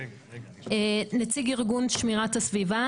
נציג ארגון שמירת הסביבה,